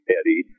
Eddie